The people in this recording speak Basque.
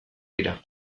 dira